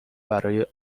برای